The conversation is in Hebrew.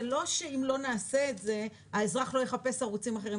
זה לא שאם לא נעשה את זה האזרח לא יחפש ערוצים אחרים.